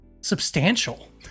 substantial